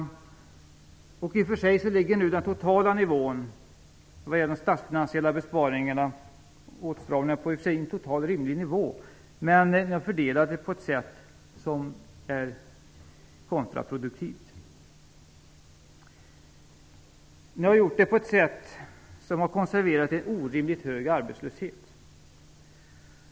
I och för sig ligger nu de statsfinansiella besparingarna och åtstramningarna på en rimlig nivå totalt sett, men de är fördelade på ett sätt som är kontraproduktivt. Ni har gjort det på ett sätt som har konserverat en orimligt hög arbetslöshet.